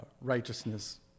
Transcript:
righteousness